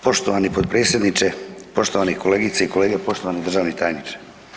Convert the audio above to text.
Poštovani potpredsjedniče, poštovani kolegice i kolege, poštovani državni tajniče.